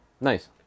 Nice